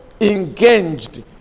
engaged